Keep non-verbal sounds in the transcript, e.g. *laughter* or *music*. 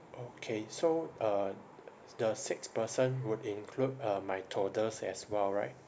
okay so uh *noise* the six person would include uh my totals as well right